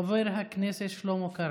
חבר הכנסת שלמה קרעי.